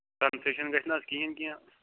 concession گژھِ نہٕ حظ کِہیٖنٛۍ کیٚنٛہہ